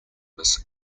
was